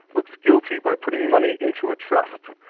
looks guilty by putting money into a trust'.